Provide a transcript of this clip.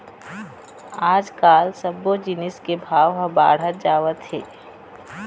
आजकाल सब्बो जिनिस के भाव ह बाढ़त जावत हे